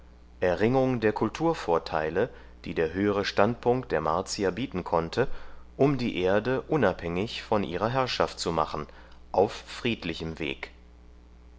erringung der kulturvorteile die der höhere standpunkt der martier bieten konnte um die erde unabhängig von ihrer herrschaft zu machen auf friedlichem weg